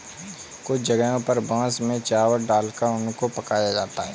कुछ जगहों पर बांस में चावल डालकर उनको पकाया जाता है